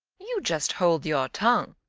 you just hold your tongue.